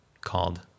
called